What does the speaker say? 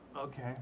Okay